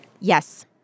Yes